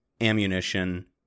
ammunition